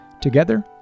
Together